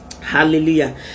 hallelujah